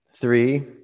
Three